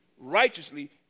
righteously